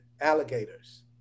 alligators